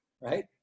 Right